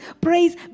praise